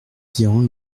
tirant